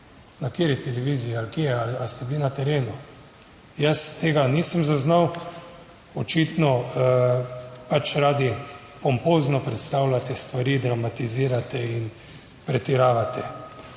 na kateri televiziji ali kje, ali ste bili na terenu. Jaz tega nisem zaznal. Očitno pač radi pompozno predstavljate stvari, dramatizirate in pretiravate.